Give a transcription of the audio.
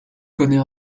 connaît